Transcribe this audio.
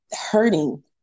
hurting